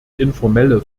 informelle